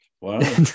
Wow